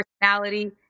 personality